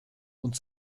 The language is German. und